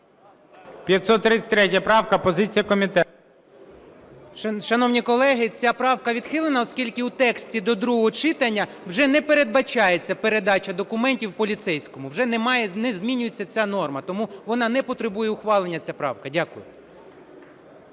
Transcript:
533 правка. Позиція комітету. 13:37:05 БАКУМОВ О.С. Шановні колеги, ця правка відхилена, оскільки у тексті до другого читання вже не передбачається передача документів поліцейському, вже не змінюється ця норма. Тому вона не потребує ухвалення ця правка. Дякую.